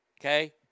Okay